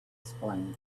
explain